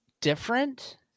different